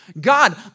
God